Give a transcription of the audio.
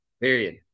Period